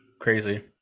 crazy